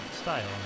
style